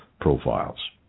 profiles